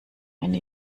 eine